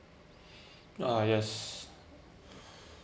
uh yes